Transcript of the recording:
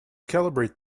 calibrate